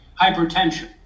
hypertension